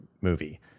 movie